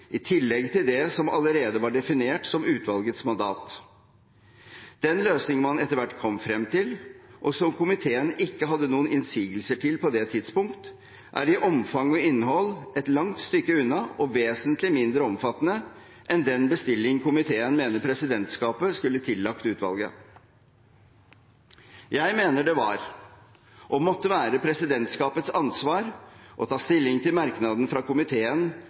i tillegg til det som allerede var definert som utvalgets mandat. Den løsningen man etter hvert kom frem til, og som komiteen ikke hadde noen innsigelser mot på det tidspunkt, er i omfang og innhold et langt stykke unna og vesentlig mindre omfattende enn den bestillingen komiteen mener presidentskapet skulle tillagt utvalget. Jeg mener det var – og måtte være – presidentskapets ansvar å ta stilling til merknaden fra komiteen